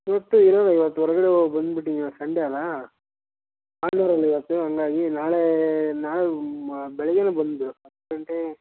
ಇವತ್ತು ಇರಲ್ಲ ಇವತ್ತು ಹೊರ್ಗಡೆ ಹೋಗ್ ಬಂದು ಬಿಟ್ಟಿನಿ ಇವತ್ತು ಸಂಡೆ ಅಲ್ಲಾ ಭಾನುವಾರ ಇವತ್ತು ಹಂಗಾಗಿ ನಾಳೆ ನಾಳೆ ಮ ಬೆಳಗ್ಗೇನೆ ಬಂದ್ಬಿಡು ಹತ್ತು ಗಂಟೆ